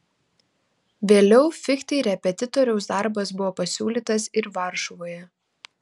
vėliau fichtei repetitoriaus darbas buvo pasiūlytas ir varšuvoje